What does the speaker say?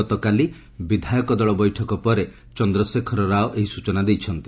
ଗତକାଲି ବିଧାୟକ ଦଳ ବୈଠକ ପରେ ଚନ୍ଦ୍ରଶେଖର ରାଓ ଏହି ସ୍ୱଚନା ଦେଇଛନ୍ତି